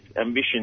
ambition